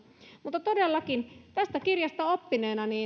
mutta todellakin tästä kirjasta oppineena